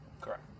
Correct